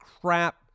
crap